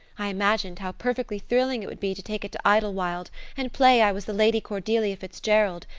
i imagined how perfectly thrilling it would be to take it to idlewild and play i was the lady cordelia fitzgerald.